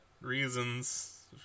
reasons